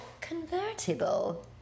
convertible